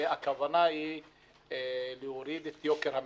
מתוך כוונה להוריד את יוקר המחיה.